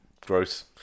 gross